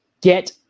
get